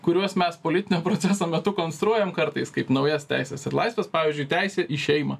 kuriuos mes politinio proceso metu konstruojam kartais kaip naujas teises ir laisves pavyzdžiui teisė į šeimą